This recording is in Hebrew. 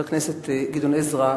חבר הכנסת גדעון עזרא,